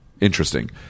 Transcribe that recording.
interesting